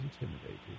intimidated